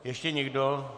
Ještě někdo?